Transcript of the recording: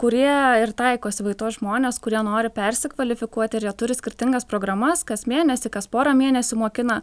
kurie ir taikosi va į tuos žmones kurie nori persikvalifikuoti ir jie turi skirtingas programas kas mėnesį kas porą mėnesių mokina